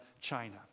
China